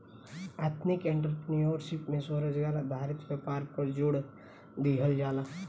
ethnic entrepreneurship में स्वरोजगार आधारित व्यापार पर जोड़ दीहल जाला